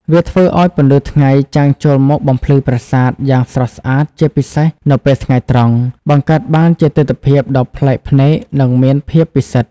វាធ្វើឱ្យពន្លឺថ្ងៃចាំងចូលមកបំភ្លឺប្រាសាទយ៉ាងស្រស់ស្អាតជាពិសេសនៅពេលថ្ងៃត្រង់ បង្កើតបានជាទិដ្ឋភាពដ៏ប្លែកភ្នែកនិងមានភាពពិសិដ្ឋ។